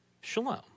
Shalom